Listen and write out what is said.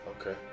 Okay